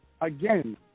again